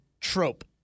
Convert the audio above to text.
trope